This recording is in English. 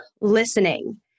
listening